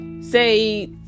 say